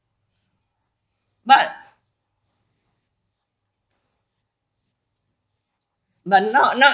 but but not now